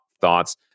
thoughts